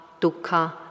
Dukkha